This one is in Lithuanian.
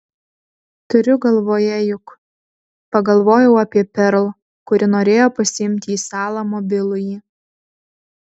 turiu galvoje juk pagalvojau apie perl kuri norėjo pasiimti į salą mobilųjį